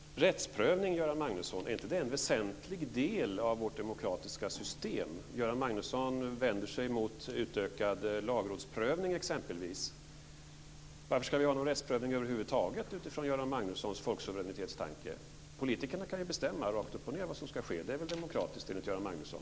Är inte rättsprövning en väsentlig del av vårt demokratiska system? Göran Magnusson vänder sig emot utökad lagrådsprövning, exempelvis. Varför ska vi ha någon rättsprövning över huvud taget utifrån Göran Magnussons folksuveränitetstanke? Politikerna kan ju bestämma rakt upp och ned vad som ska ske. Det är väl demokratiskt enligt Göran Magnusson?